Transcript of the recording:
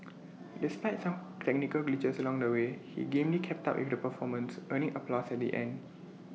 despite some technical glitches along the way he gamely kept up with the performance earning applause at the end